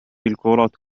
الكرة